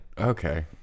Okay